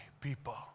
people